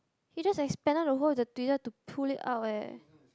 he just expanded the hole with the tweezer to pull it out eh